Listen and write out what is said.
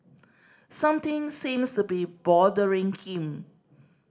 something seems to be bothering him